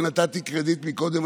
ונתתי קרדיט מקודם,